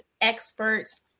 experts